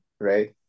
right